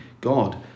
God